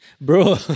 Bro